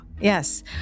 Yes